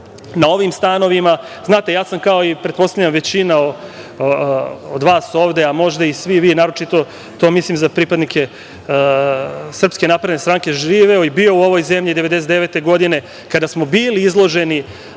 na ovim stanovima. Znate, ja sam, kao i pretpostavljam većina od vas ovde a možda i svi vi, naročito to mislim za pripadnike SNS, živeo i bio u ovoj zemlji 1999. godine kada smo bili izloženi